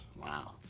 Wow